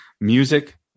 music